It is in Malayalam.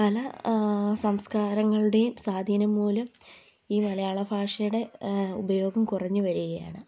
പല സംസ്കാരങ്ങളുടെയും സ്വാധീനം മൂലം ഈ മലയാള ഭാഷയുടെ ഉപയോഗം കുറഞ്ഞ് വരുകയാണ്